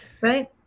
right